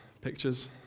pictures